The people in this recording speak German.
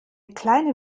kleine